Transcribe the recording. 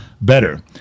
better